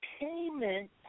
payment